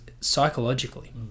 psychologically